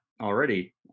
already